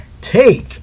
take